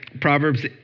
Proverbs